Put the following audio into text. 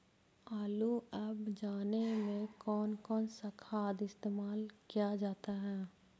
आलू अब जाने में कौन कौन सा खाद इस्तेमाल क्या जाता है?